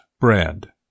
bread